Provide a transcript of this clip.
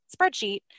spreadsheet